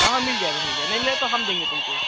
हाँ हाँ मिल जाएगा मिल जाए नहीं मिला तो हम देंगे तुमको